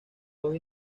dos